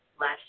last